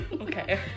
okay